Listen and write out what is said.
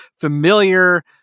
familiar